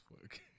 fuck